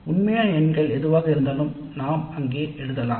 உண்மையான எண்கள் எதுவாக இருந்தாலும் நாம் அங்கு எழுதலாம்